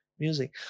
Music